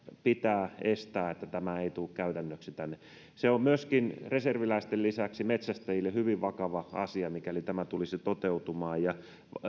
pitää estää että tämä ei tule käytännöksi tänne se on reserviläisten lisäksi myöskin metsästäjille hyvin vakava asia mikäli tämä tulisi toteutumaan ja